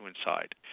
inside